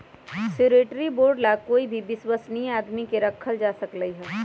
surety bond ला कोई भी विश्वस्नीय आदमी के रखल जा सकलई ह